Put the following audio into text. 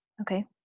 Okay